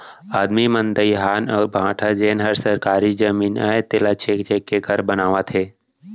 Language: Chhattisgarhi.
आदमी मन दइहान अउ भाठा जेन हर सरकारी जमीन अय तेला छेंक छेंक के घर बनावत हें